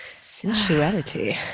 Sensuality